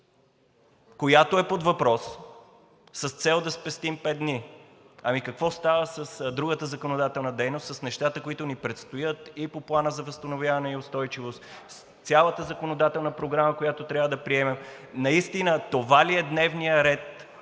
която е под въпрос, с цел да спестим пет дни. А какво става с другата законодателна дейност и с нещата, които ни предстоят по Плана за възстановяване и устойчивост, цялата законодателна програма, която трябва да приемем?! Наистина това ли е дневният ред